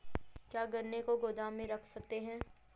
क्या गन्ने को गोदाम में रख सकते हैं?